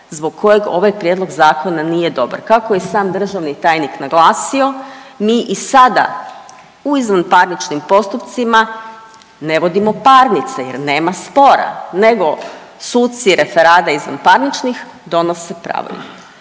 zbog kojeg ovaj prijedlog zakona nije dobar. Kako je i sam državni tajnik naglasio mi i sada u izvanparničnim postupcima ne vodimo parnice jer nema spora, nego suci, referada izvanparničnih donose …/Govornica